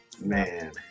man